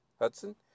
Hudson